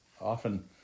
often